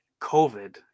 COVID